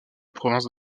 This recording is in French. province